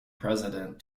president